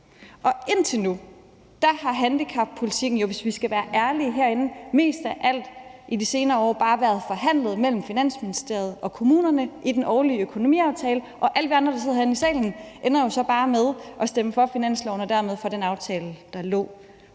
Indtil nu har handicappolitikken jo, hvis vi skal være ærlige herinde, mest af alt i de senere år bare været forhandlet mellem Finansministeriet og kommunerne i den årlige økonomiaftale, og alle os andre, der sidder herinde i salen, ender jo så bare med at stemme for finansloven og dermed for den aftale, der